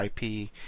IP